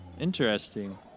Interesting